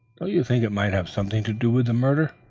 don't you think it might have something to do with the murder?